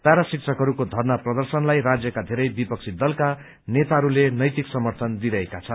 para शिक्षकहरूको धरना प्रदर्शनलाई राज्यका धेरै विपक्षी दलका नेताहरूले नैतिक सर्मथन दिइरहेका छन्